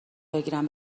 بگیرم